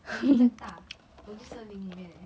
woodlands 这样大我森林里面 leh